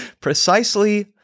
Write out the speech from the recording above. precisely